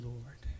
Lord